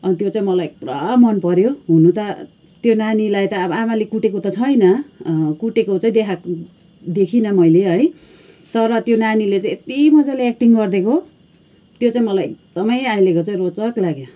अनि त्यो चाहिँ मलाई पुरा मनपऱ्यो हुनु त त्यो नानीलाई त अब आमाले कुटेको त छैन कुटेको चाहिँ देखाएको देखिनँ मैले है तर त्यो नानीले चाहिँ यत्ति मजाले एक्टिङ गरिदिएको त्यो चाहिँ मलाई एकदमै अहिलेको चाहिँ रोचक लाग्यो